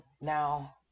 now